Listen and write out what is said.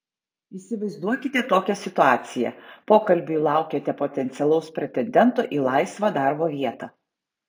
įsivaizduokite tokią situaciją pokalbiui laukiate potencialaus pretendento į laisvą darbo vietą